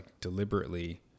deliberately